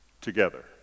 together